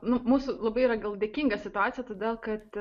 nu mūsų labai yra gal dėkinga situacija todėl kad